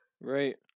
Right